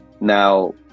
Now